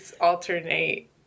alternate